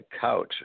couch